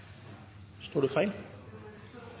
står på det